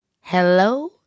Hello